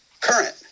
current